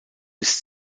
ist